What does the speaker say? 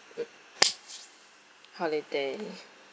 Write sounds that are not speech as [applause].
[noise] holiday